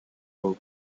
oak